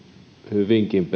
hyvinkin perusteellisesti